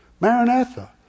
maranatha